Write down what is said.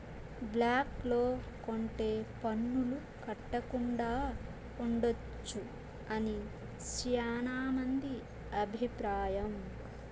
black లో కొంటె పన్నులు కట్టకుండా ఉండొచ్చు అని శ్యానా మంది అభిప్రాయం